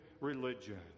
religion